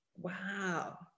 Wow